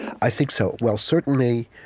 i think so. well, certainly,